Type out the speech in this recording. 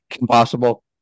impossible